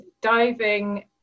diving